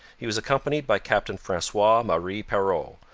he was accompanied by captain francois marie perrot,